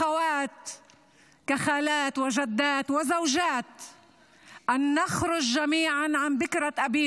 שלא מייחסת כל חשיבות לחיים שלנו.